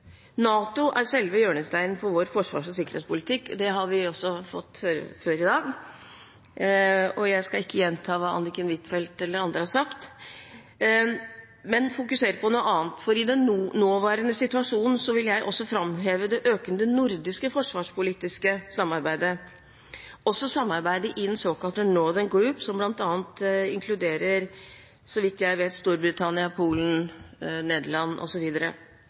NATO er selve hjørnesteinen for vår forsvars- og sikkerhetspolitikk. Det har vi også fått høre før i dag. Jeg skal ikke gjenta hva Anniken Huitfeldt eller andre har sagt, men fokusere på noe annet. I den nåværende situasjonen vil jeg også framheve det økende nordiske forsvarspolitiske samarbeidet, også samarbeidet i den såkalte Northern Group som bl.a. inkluderer – så vidt jeg vet – Storbritannia, Polen, Nederland